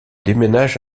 déménage